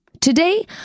Today